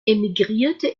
emigrierte